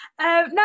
No